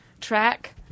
track